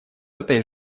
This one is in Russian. этой